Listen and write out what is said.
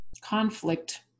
Conflict